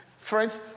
Friends